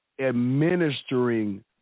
administering